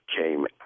came